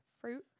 fruit